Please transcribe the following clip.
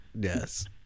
yes